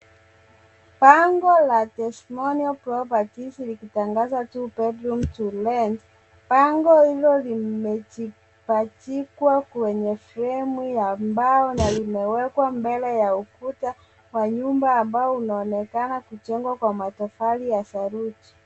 Bango la Testimonial Properties wakitangaza two bedrooms to rent . Bango hilo limepachikwa kwenye fremu ya mbao na limewekwa mbele ya ukuta wa nyumba ambao unaonekana kujengwa kwa matofali ya saruji.